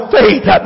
faith